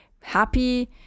happy